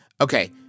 Okay